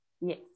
Yes